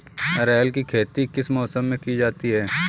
अरहर की खेती किस मौसम में की जाती है?